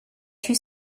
two